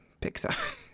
Pixar